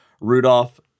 Rudolph